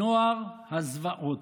"נוער הזוועות".